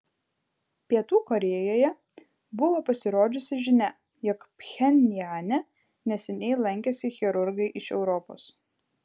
pietų korėjoje buvo pasirodžiusi žinia jog pchenjane neseniai lankėsi chirurgai iš europos